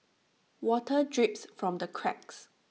water drips from the cracks